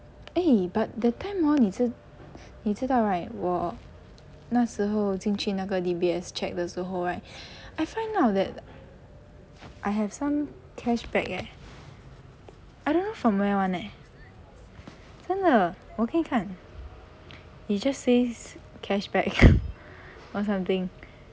eh but that time hor 你知你知道 right 我那时候进去那个 DBS check 的时候 right I find out that I have some cashback leh I don't know from where [one] eh 真的我给你看 it just says cashback or something